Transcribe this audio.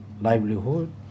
livelihood